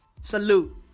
Salute